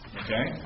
okay